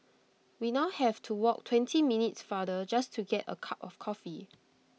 we now have to walk twenty minutes farther just to get A cup of coffee